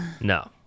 No